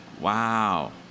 wow